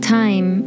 time